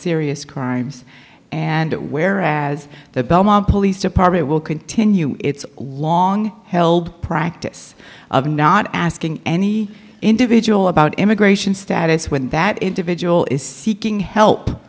serious crimes and where as the belmont police department will continue its long held practice of not asking any individual about immigration status when that individual is seeking help